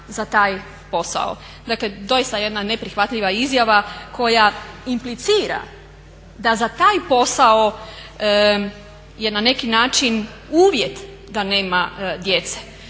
za taj posao. Dakle doista jedna neprihvatljiva izjava koja implicira da za taj posao je na neki način uvjet da nema djece